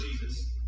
Jesus